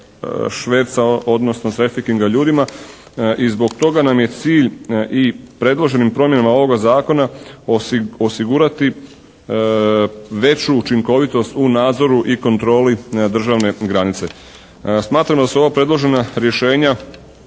šverca odnosno «traficing-a» ljudima i zbog toga nam je cilj i predloženim promjenama ovoga zakona osigurati veću učinkovitost u nadzoru i kontroli državne granice. Smatramo da su ovo predložena rješenja